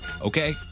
okay